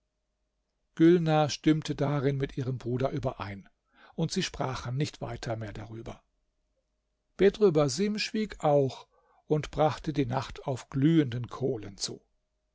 gülnar stimmte darin mit ihrem bruder überein und sie sprachen nicht weiter mehr darüber bedr basim schwieg auch und brachte die nacht auf glühenden kohlen zu